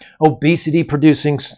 obesity-producing